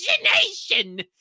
imagination